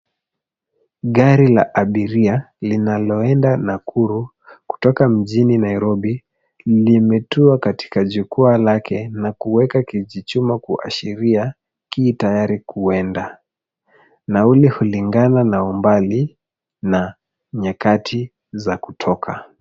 Gari la abiria, linaloenda Nakuru kutoka mjini Nairobi, limetua katika jukwaa lake, na kueka kijichuma kuashiria kitayari kuenda. Nauli hulingana na umbali na nyakati za kutoka.